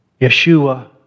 Yeshua